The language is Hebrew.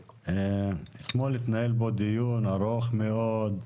אתמול התנהל פה דיון ארוך מאוד,